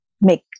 make